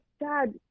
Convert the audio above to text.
dad